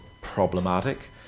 problematic